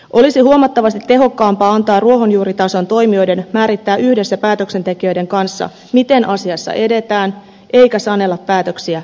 olisi huomattavasti tehokkaampaa antaa ruohonjuuritason toimijoiden määrittää yhdessä päätöksentekijöiden kanssa miten asiassa edetään eikä sanella päätöksiä yksipuolisesti